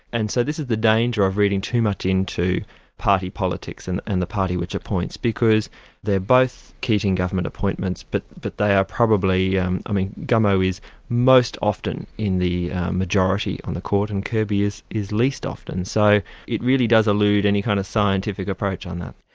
and so this is the danger of reading too much into party politics, and and the party which appoints. because they're both keating government appointments, but but they are probably um i mean gummow is most often in the majority on the court and kirby is is least often. so it really does elude any kind of scientific approach on that.